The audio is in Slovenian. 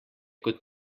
kot